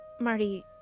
Marty